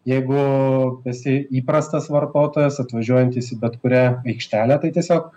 jeigu esi įprastas vartotojas atvažiuojantis į bet kurią aikštelę tai tiesiog